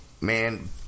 man –